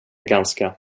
ganska